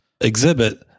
exhibit